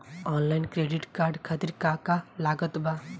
Online credit card खातिर का का लागत बा?